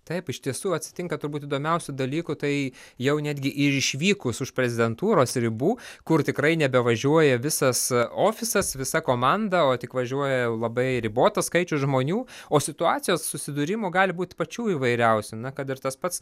taip iš tiesų atsitinka turbūt įdomiausių dalykų tai jau netgi ir išvykus už prezidentūros ribų kur tikrai nebevažiuoja visas ofisas visa komanda o tik važiuoja labai ribotas skaičių žmonių o situacijos susidūrimo gali būt pačių įvairiausių na kad ir tas pats